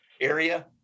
area